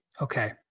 Okay